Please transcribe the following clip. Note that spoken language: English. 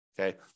Okay